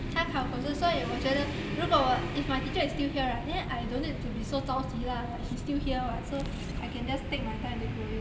他考口试所以我觉得如果我 if my teacher is still here right then I don't need to be so 着急 lah like he still here what so I can just take my time to go in